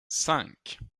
cinq